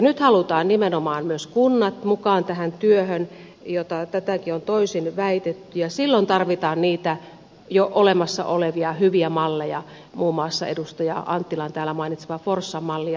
nyt halutaan nimenomaan myös kunnat mukaan tähän työhön tätäkin on toisin väitetty ja silloin tarvitaan niitä jo olemassa olevia hyviä malleja muun muassa edustaja anttilan täällä mainitsemaa forssan mallia